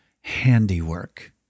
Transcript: handiwork